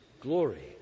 glory